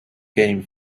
came